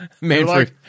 Manfred